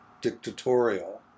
dictatorial